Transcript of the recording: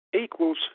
equals